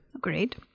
Great